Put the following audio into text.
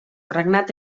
regnat